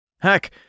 Heck